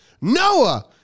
Noah